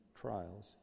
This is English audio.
trials